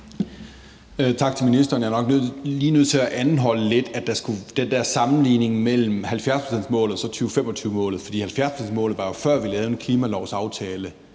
Tak til ministeren. Jeg er nok lige nødt til at anholde den der sammenligning mellem 70-procentsmålet og 2025-målet, for 70-procentsmålet blev jo aftalt, før vi lavede en klimalovsaftalen.